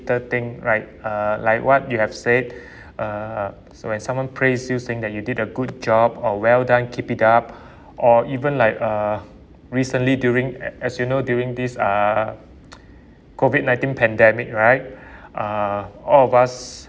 thing right uh like what you have said uh so when someone praise you saying that you did a good job or well done keep it up or even like uh recently during a~ as you know during this uh COVID nineteen pandemic right uh all of us